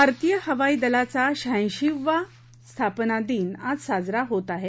भारतीय हवाई दलाचा शहाऐशीवा स्थापना दिन आज साजरा होत आहे